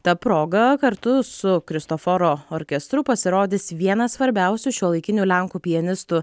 ta proga kartu su kristoforo orkestru pasirodys vienas svarbiausių šiuolaikinių lenkų pianistų